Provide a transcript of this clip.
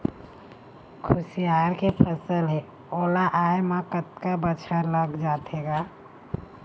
खुसियार के फसल हे ओ ला आय म कतका बछर लग जाथे गा?